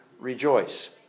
rejoice